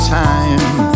time